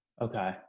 Okay